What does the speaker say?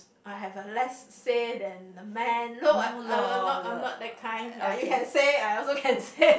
I have a less say than a man no I I I'm not I am not that kind like you can say I also can say